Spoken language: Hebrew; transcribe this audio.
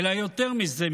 אלא יותר מזה,